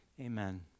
Amen